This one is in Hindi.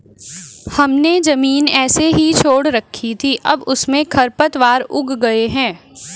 हमने ज़मीन ऐसे ही छोड़ रखी थी, अब उसमें खरपतवार उग गए हैं